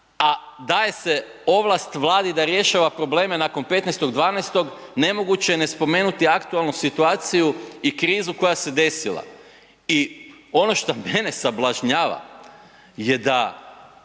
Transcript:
a daje se ovlast Vladi da rješava probleme nakon 15.12. nemoguće je ne spomenuti aktualnu situaciju i krizu koja se desila. I ono što mene sablažnjava je da